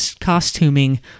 costuming